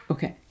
Okay